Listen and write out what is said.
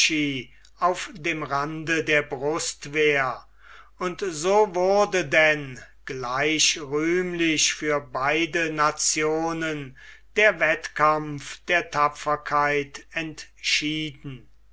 auf dem rande der brustwehr und so wurde denn gleich rühmlich für beide nationen der wettkampf der tapferkeit entschieden